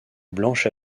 blanche